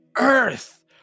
earth